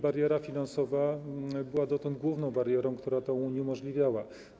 Bariera finansowa była dotąd główną barierą, która to uniemożliwiała.